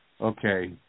Okay